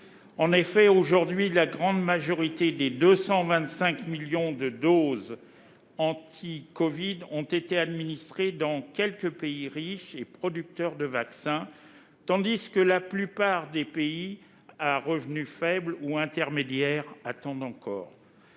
En effet, la grande majorité des 225 millions de doses de vaccins ont été administrées dans quelques pays riches et producteurs de vaccins, tandis que la plupart des pays à revenus faibles ou intermédiaires attendent encore.